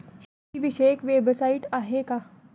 शेतीविषयक वेबसाइट आहे का?